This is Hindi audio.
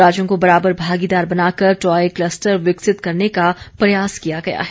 राज्यों को बराबर भागीदार बनाकर टॉय क्ल्सटर विकसित करने का प्रयास किया गया है